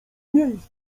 miejsc